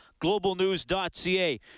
globalnews.ca